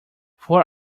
four